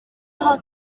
aha